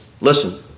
listen